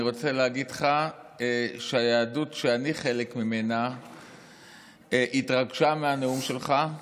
אני רוצה להגיד לך שהיהדות שאני חלק ממנה התרגשה מהנאום שלך.